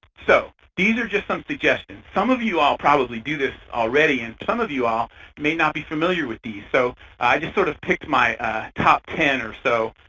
so these are just some suggestions. some of you-all you-all probably do this already, and some of you-all may not be familiar with these. so i just sort of picked my top ten or so